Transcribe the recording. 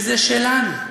זה שלנו,